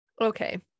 okay